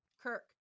Kirk